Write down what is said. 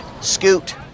scoot